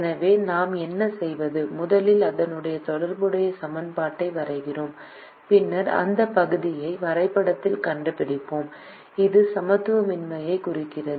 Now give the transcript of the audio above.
எனவே நாம் என்ன செய்வது முதலில் அதனுடன் தொடர்புடைய சமன்பாட்டை வரைகிறோம் பின்னர் அந்த பகுதியை வரைபடத்தில் கண்டுபிடிப்போம் இது சமத்துவமின்மையைக் குறிக்கிறது